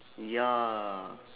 ya